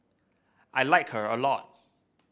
I like her a lot